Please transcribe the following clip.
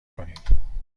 کنیم